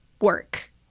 work